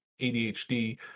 ADHD